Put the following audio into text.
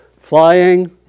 flying